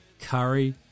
Curry